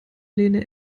lehne